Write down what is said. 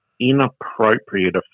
inappropriate